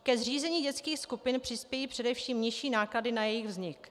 Ke zřízení dětských skupin přispějí především nižší náklady na jejich vznik.